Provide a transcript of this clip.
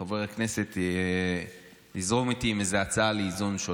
חבר הכנסת, יזרום איתי עם איזו הצעה שונה לאיזון.